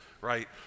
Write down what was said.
Right